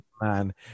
man